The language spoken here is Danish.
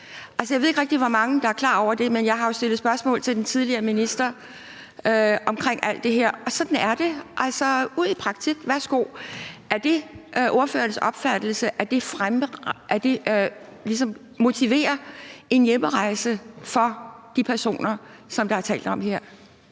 jeg ved ikke rigtig, hvor mange der er klar over det, men jeg har jo stillet spørgsmål til den tidligere minister om alt det her, og sådan er det: Ud i praktik, værsgo. Er det ordførerens opfattelse, at det ligesom motiverer de personer, der er tale om her,